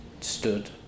stood